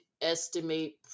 estimate